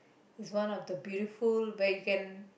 is one of the beautiful where you can